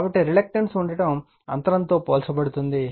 కాబట్టి రిలక్టెన్స్ ఉండటం అంతరంతో పోల్చబడుతుంది